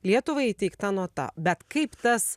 lietuvai įteikta nota bet kaip tas